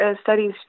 studies